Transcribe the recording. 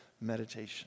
meditation